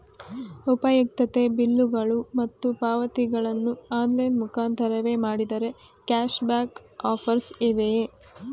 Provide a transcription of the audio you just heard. ಉಪಯುಕ್ತತೆ ಬಿಲ್ಲುಗಳು ಮತ್ತು ಪಾವತಿಗಳನ್ನು ಆನ್ಲೈನ್ ಮುಖಾಂತರವೇ ಮಾಡಿದರೆ ಕ್ಯಾಶ್ ಬ್ಯಾಕ್ ಆಫರ್ಸ್ ಇವೆಯೇ?